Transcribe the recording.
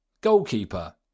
Goalkeeper